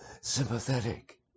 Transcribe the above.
sympathetic